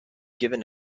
given